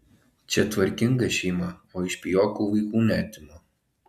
čia tvarkinga šeima o iš pijokų vaikų neatima